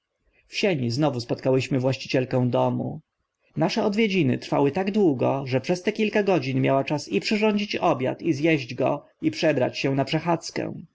w sieni znowu spotkałyśmy właścicielkę domu nasze odwiedziny trwały tak długo że przez te kilka godzin miała czas i przyrządzić obiad i z eść go i przebrać się na przechadzkę